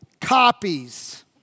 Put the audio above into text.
copies